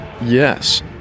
Yes